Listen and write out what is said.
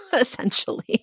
Essentially